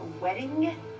wedding